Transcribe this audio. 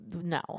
no